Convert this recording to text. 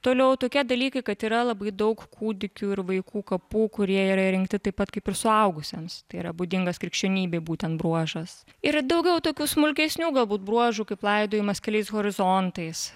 toliau tokie dalykai kad yra labai daug kūdikių ir vaikų kapų kurie yra įrengti taip pat kaip ir suaugusiems tai yra būdingas krikščionybei būtent bruožas yra daugiau tokių smulkesnių galbūt bruožų kaip laidojimas keliais horizontais